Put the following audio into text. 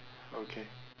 okay